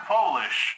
Polish